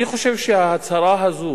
אני חושב שההצהרה הזאת